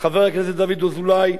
חבר הכנסת חיים אמסלם,